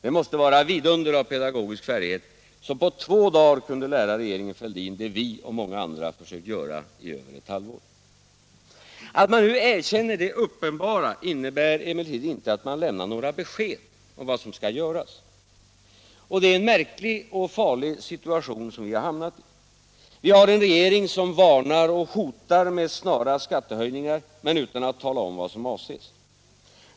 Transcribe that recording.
Det måste vara vidunder av pedagogisk färdighet, som på två dagar kunde lära regeringen Fälldin det vi och många andra försökt göra i över ett halvår. Att man nu erkänner det uppenbara innebär emellertid inte att man lämnar några besked om vad som skall göras. Det är en märklig och farlig situation som vi hamnat i. Vi har en regering som varnar och hotar med snara skattehöjningar men utan att tala om vad som avses.